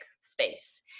space